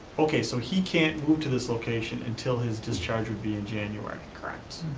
okay, so he can't move to this location until his discharge would be in january. correct.